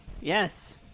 Yes